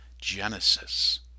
genesis